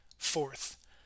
Fourth